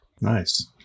Nice